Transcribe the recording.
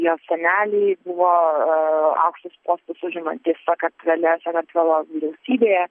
jos seneliai buvo aukštus postus užimantys sakartvele sakartvelo vyriausybėje